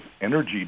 energy